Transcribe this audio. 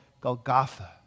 Golgotha